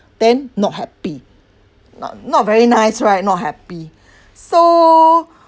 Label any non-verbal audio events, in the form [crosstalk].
then not happy not not very nice right not happy [breath] so